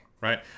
right